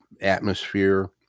atmosphere